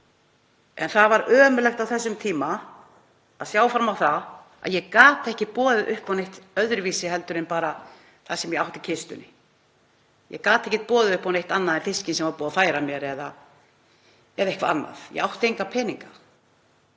en það var ömurlegt á þessum tíma að sjá fram á það að ég gat ekki boðið upp á neitt annað en það sem ég átti í kistunni. Ég gat ekki boðið upp á neitt annað en fiskinn sem var búið að færa mér eða eitthvað annað, ég átti enga peninga.